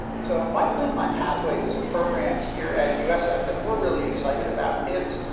so, my plan, my pathways, is a program here at usf that we're really excited about it.